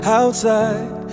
outside